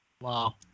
Wow